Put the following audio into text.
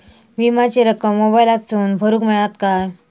विमाची रक्कम मोबाईलातसून भरुक मेळता काय?